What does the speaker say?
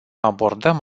abordăm